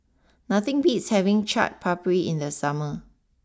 nothing beats having Chaat Papri in the summer